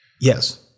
Yes